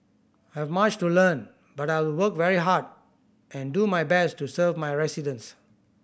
I've much to learn but I will work very hard and do my best to serve my residents